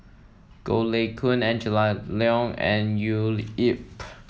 Goh Lay Kuan Angela Liong and Leo Yip